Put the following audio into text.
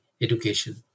education